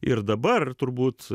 ir dabar turbūt